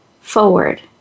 forward